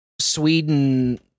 Sweden